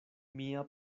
mia